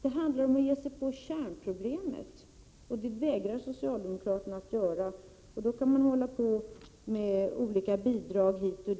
Det handlar om att ge sig på kärnproblemet, och det — Prot. 1987/88:129 vägrar socialdemokraterna att göra.